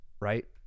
right